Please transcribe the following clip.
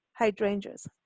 hydrangeas